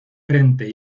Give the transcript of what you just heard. frente